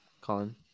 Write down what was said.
Colin